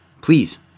please